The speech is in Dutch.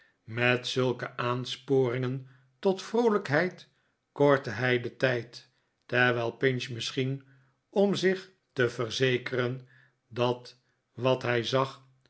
met zulke aansporingen tot vroolijkheid kortte hij den tijd terwijl pinch misschien om zich te verzekeren dat wat hij zag